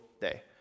day